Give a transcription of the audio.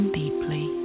deeply